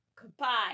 Goodbye